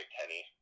Kenny